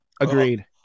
Agreed